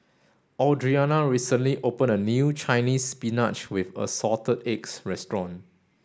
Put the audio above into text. Audriana recently opened a new Chinese spinach with assorted eggs restaurant